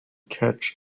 catch